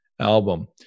album